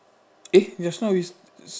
eh just now we s~